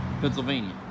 Pennsylvania